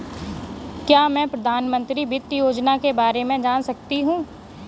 क्या मैं प्रधानमंत्री वित्त योजना के बारे में जान सकती हूँ?